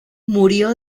murió